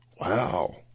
Wow